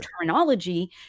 terminology